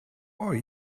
are